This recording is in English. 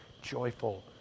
joyful